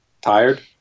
tired